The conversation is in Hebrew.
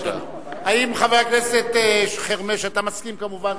האם, חבר הכנסת חרמש, אתה מסכים, כמובן?